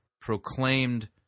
proclaimed